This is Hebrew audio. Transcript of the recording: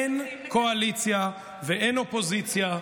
אין קואליציה ואין אופוזיציה.